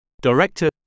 Director